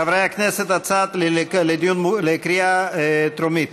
חברי הכנסת, בקריאה טרומית,